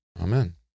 Amen